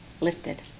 lifted